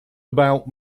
about